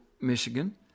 Michigan